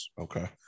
Okay